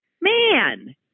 man